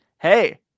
Hey